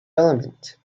element